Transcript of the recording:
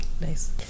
Nice